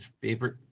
favorite